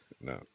No